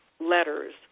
letters